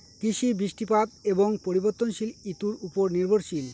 কৃষি বৃষ্টিপাত এবং পরিবর্তনশীল ঋতুর উপর নির্ভরশীল